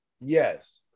Yes